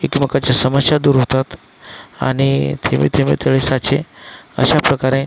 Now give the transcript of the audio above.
एकमेकाच्या समस्या दूर होतात आणि थेंबे थेंबे तळे साचे अशाप्रकारे